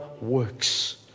works